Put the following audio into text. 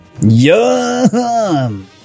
Yum